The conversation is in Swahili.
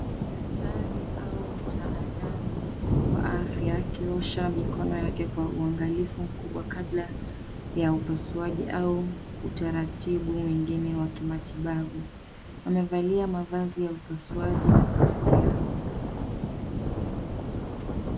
Daktari au mtaalamu wa afya ,akiosha mikono yake kwa uangalifu mkubwa, kabla ya upasuaji au utaratibu mwingine wa kimatibabu. Amevalia mavazi ya upasuaji na kofia.